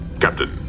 Captain